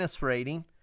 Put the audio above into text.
rating